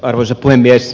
arvoisa puhemies